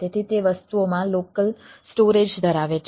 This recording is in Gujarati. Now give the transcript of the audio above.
તેથી તે વસ્તુઓમાં લોકલ સ્ટોરેજ ધરાવે છે